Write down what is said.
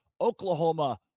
Oklahoma